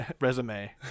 resume